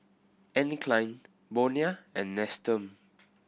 Anne Klein Bonia and Nestum